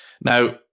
Now